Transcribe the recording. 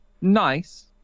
nice